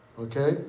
Okay